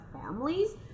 families